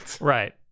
Right